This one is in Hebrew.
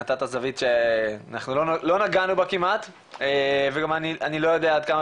נתת זווית אנחנו לא נגענו בה כמעט וגם אני לא יודי עד כמה